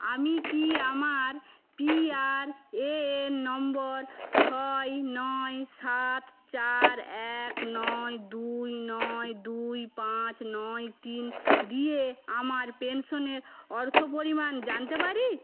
আমি কি আমার পিআরএএন নম্বর ছয় নয় সাত চার এক নয় দুই নয় দুই পাঁচ নয় তিন দিয়ে আমার পেনশনের অর্থ পরিমাণ জানতে পারি